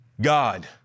God